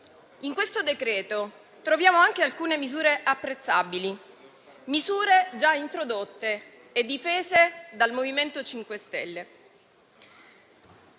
in questo decreto-legge troviamo anche alcune misure apprezzabili, già introdotte e difese dal MoVimento 5 Stelle: